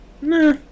Nah